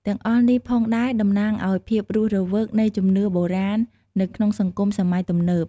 ទាំងអស់នេះផងដែរតំណាងឱ្យភាពរស់រវើកនៃជំនឿបុរាណនៅក្នុងសង្គមសម័យទំនើប។